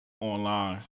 online